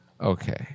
Okay